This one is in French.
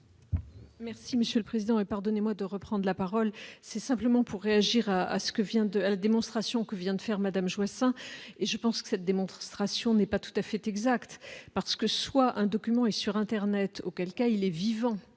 Merci Monsieur le Président, et pardonnez-moi de reprendre la parole, c'est simplement pour réagir à ce que vient de la démonstration que vient de faire Madame Joissains et je pense que ça démontre tracions si on n'est pas tout à fait exact parce que ce soit un document et sur Internet, auquel cas il est vivant,